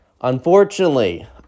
Unfortunately